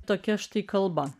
tokia štai kalba